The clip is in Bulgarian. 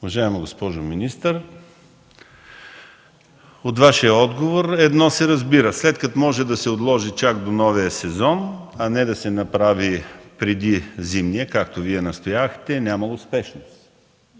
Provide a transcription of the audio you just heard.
Уважаема госпожо министър, от Вашия отговор едно се разбира – след като може да се отложи чак до новия сезон, а не да се направи преди зимния, както Вие настоявахте, е нямало спешност.